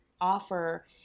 offer